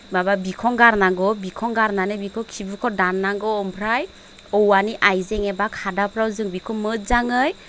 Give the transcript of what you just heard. माबा बिखं गारनांगौ बिखं गारनानै बिखौ खिबुखौ दान्नांगौ ओमफ्राय औवानि आइजें एबा खादाफ्राव जों बेखौ मोजाङै